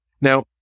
Now